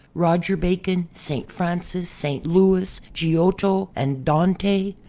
roger p acon, st. francis, st. louis, giotto and dante,